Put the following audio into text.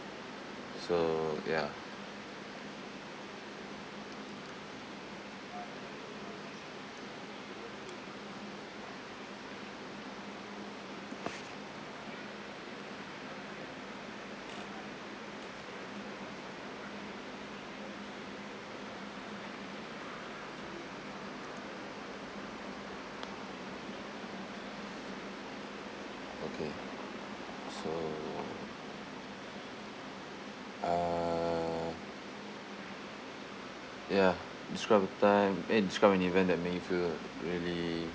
so ya okay so uh ya describe a time eh describe an event that made you feel really